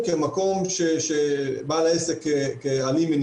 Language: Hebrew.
מה שביקשנו כבר מזמן